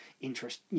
interest